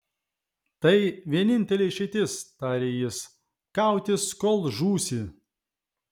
tai vienintelė išeitis tarė jis kautis kol žūsi